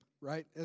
right